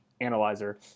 analyzer